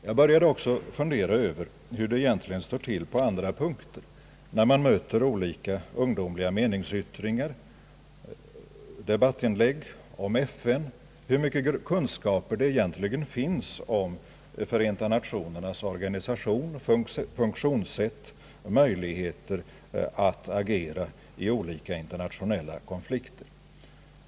Jag började även inför mötet med olika ungdomliga meningsyttringar eller debattinlägg om FN fundera över hur stora kunskaper ungdomarna egentligen har om Förenta Nationernas organisation, funktionssätt och möjligheter att agera i olika internationella konflikter.